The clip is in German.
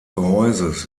gehäuses